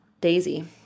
Daisy